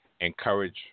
encourage